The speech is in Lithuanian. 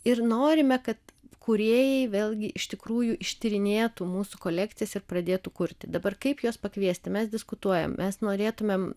ir norime kad kūrėjai vėlgi iš tikrųjų ištyrinėtų mūsų kolekcijas ir pradėtų kurti dabar kaip juos pakviesti mes diskutuojam mes norėtumėm